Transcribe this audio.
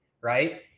right